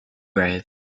grave